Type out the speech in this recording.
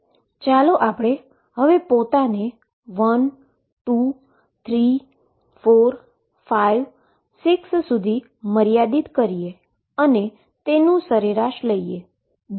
ચાલો આપણે પોતાને 1 2 3 4 5 6 સુધી મર્યાદિત કરીએ અને એવરેજ લઈએ